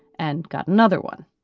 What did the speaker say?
and got another one.